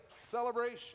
celebration